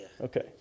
Okay